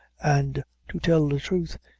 and to tell the truth,